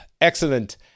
excellent